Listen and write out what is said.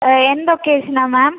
എന്ത് ഒക്കേഷനാണ് മാം